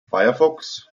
firefox